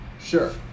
sure